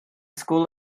school